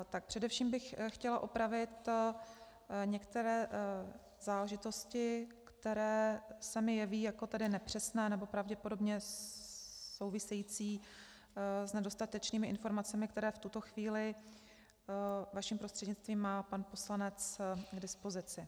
Tak především bych chtěla opravit některé záležitosti, které se mi jeví jako nepřesné nebo pravděpodobně související s nedostatečnými informacemi, které v tuto chvíli vaším prostřednictvím má pan poslanec k dispozici.